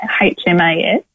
HMAS